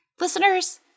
listeners